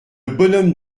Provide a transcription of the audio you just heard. bonhomme